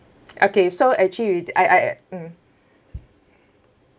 okay so actually we I I mm